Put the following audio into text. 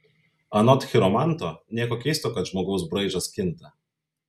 anot chiromanto nieko keisto kad žmogaus braižas kinta